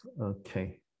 Okay